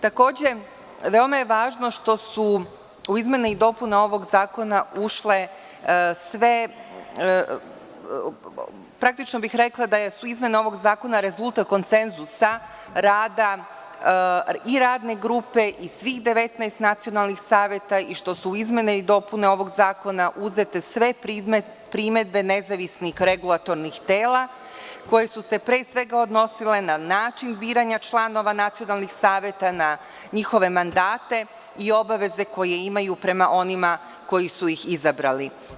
Takođe, veoma je važno što su u izmene i dopune ovog zakona ušle sve, praktično bih rekla da su izmene ovog zakona rezultat konsenzusa rada i radne grupe i svih 19 nacionalnih saveta i što su u izmene i dopune ovog zakona uzete sve primedbe nezavisnih regulatornih tela, koje su se pre svega odnosile na način biranja članova nacionalnih saveta, na njihove mandate i obaveze koje imaju prema onima koji su ih izabrali.